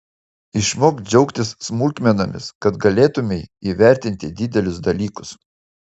išmok džiaugtis smulkmenomis kad galėtumei įvertinti didelius dalykus